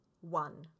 one